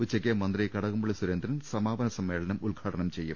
ഉച്ചയ്ക്ക് മന്ത്രി കടക്ക്പള്ളി സുരേന്ദ്രൻ സമാ പന സമ്മേളനം ഉദ്ഘാടനം ചെയ്യും